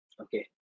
okay